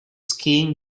skiing